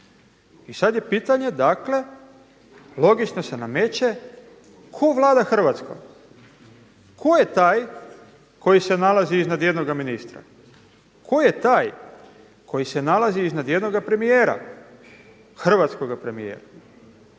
I sada je pitanje dakle logično se nameće, tko vlada Hrvatskom? Tko je taj koji se nalazi iznad jednoga ministra? Tko je taj koji se nalazi iznad jednoga premijera, hrvatskoga premijera?